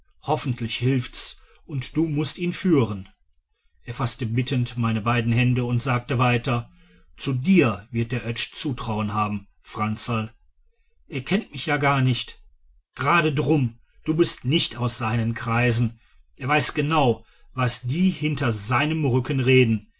hoffentlich hilft's und du mußt ihn führen er faßte bittend meine beiden hände und sagte weiter zu dir wird der oetsch zutrauen haben franzl er kennt mich ja gar nicht gerade darum du bist nicht aus seinen kreisen er weiß ganz genau was die hinter seinem rücken reden